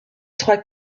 trois